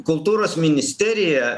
kultūros ministerija